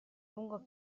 lungo